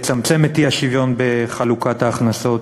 לצמצם את האי-שוויון בחלוקת ההכנסות.